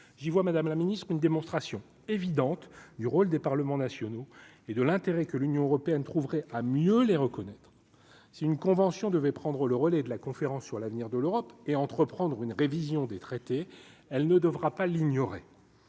j'y vois Madame la ministre, une démonstration évidente du rôle des Parlements nationaux et de l'intérêt que l'Union européenne trouverait à mieux les reconnaître, c'est une convention devait prendre le relais de la conférence sur l'avenir de l'Europe et entreprendre une révision des traités, elle ne devra pas l'ignorer,